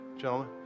gentlemen